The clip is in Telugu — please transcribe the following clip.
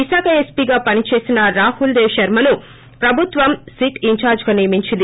విశాఖ ఎస్పీగా పనిచేసిన రాహుల్ దేవ్ శర్మను ప్రభుత్వం సిట్ ఇన్సార్జిగా నియమించింది